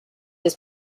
his